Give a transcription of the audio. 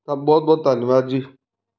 ਤਾਂ ਬਹੁਤ ਬਹੁਤ ਧੰਨਵਾਦ ਜੀ